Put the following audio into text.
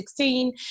2016